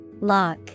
Lock